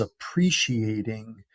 appreciating